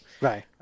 Right